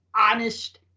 honest